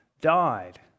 died